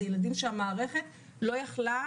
אלה ילדים שהמערכת לא ידעה